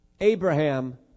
Abraham